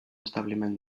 establiment